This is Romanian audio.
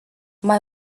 mai